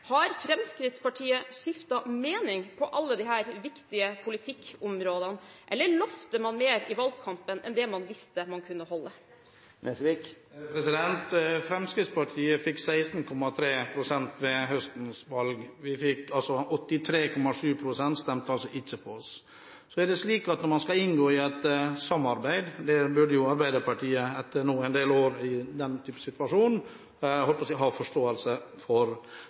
Har Fremskrittspartiet skiftet mening på alle disse viktige politikkområdene, eller lovet man mer i valgkampen enn det man visste man kunne holde? Fremskrittspartiet fikk 16,3 pst. ved høstens valg – 83,7 pst. stemte altså ikke på oss. Så er det slik at man nå skal inngå i et samarbeid, og det burde jo Arbeiderpartiet etter en del år i den situasjonen ha forståelse for.